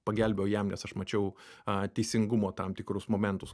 pagelbėjau jam nes aš mačiau a teisingumo tam tikrus momentus